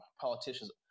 politicians